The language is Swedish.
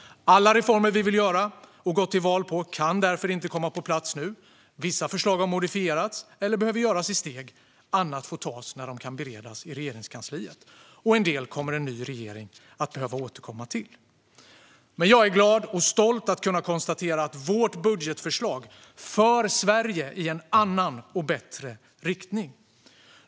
Alla reformer som vi vill göra och har gått till val på kan därför inte komma på plats nu. Vissa förslag har modifierats eller behöver göras i steg. Annat får tas när det kan beredas i Regeringskansliet, och en del kommer en ny regering att behöva återkomma till. Men jag är glad och stolt över att kunna konstatera att vårt budgetförslag för Sverige i en annan och bättre riktning.